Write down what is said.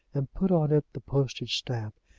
and put on it the postage-stamp,